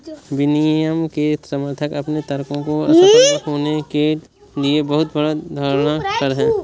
विनियमन के समर्थक अपने तर्कों को असफल होने के लिए बहुत बड़ा धारणा पर हैं